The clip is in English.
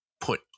put